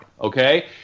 okay